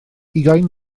ugain